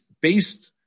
based